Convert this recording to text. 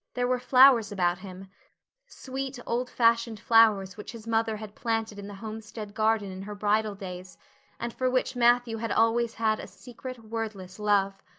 there were flowers about him sweet old-fashioned flowers which his mother had planted in the homestead garden in her bridal days and for which matthew had always had a secret, wordless love.